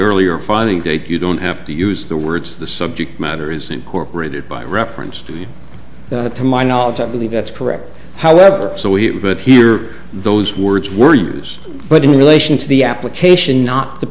earlier finding date you don't have to use the words the subject matter is incorporated by reference to my knowledge i believe that's correct however so we hear those words were use but in relation to the application not the